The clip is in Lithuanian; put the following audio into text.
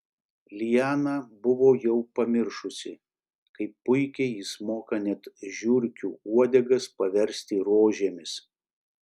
liana buvo jau pamiršusi kaip puikiai jis moka net žiurkių uodegas paversti rožėmis